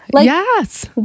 Yes